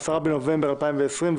10 בנובמבר 2020,